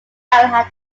had